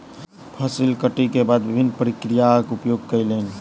फसिल कटै के बाद विभिन्न प्रक्रियाक उपयोग कयलैन